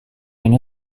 ini